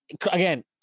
again